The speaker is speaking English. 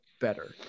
better